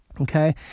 okay